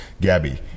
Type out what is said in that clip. Gabby